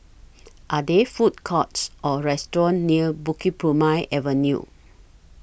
Are There Food Courts Or restaurants near Bukit Purmei Avenue